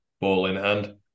ball-in-hand